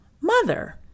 mother